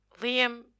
Liam